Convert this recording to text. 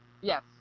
yes